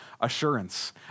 assurance